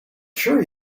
sure